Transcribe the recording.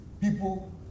People